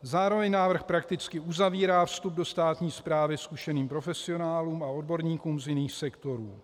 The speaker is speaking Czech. Zároveň návrh prakticky uzavírá vstup do státní správy zkušeným profesionálům a odborníkům z jiných sektorů.